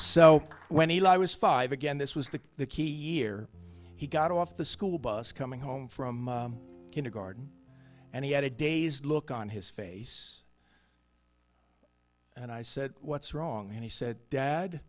so when he lie was five again this was the key year he got off the school bus coming home from kindergarten and he had a dazed look on his face and i said what's wrong and he said dad